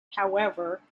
however